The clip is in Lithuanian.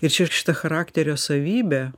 ir čia šita charakterio savybė